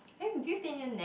eh do you stay near nat